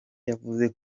yavuze